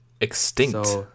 Extinct